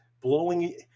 blowing